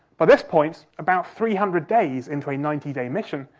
but this point, about three hundred days into a ninety day mission,